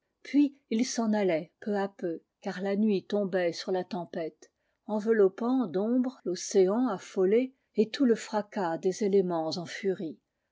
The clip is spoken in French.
puis ils s'en allaient peu à peu car la nuit tombait sur la tempête enveloppant d'ombre l'océan affolé et tout le fracas des éléments en furie